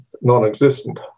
non-existent